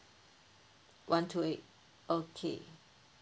one two eight okay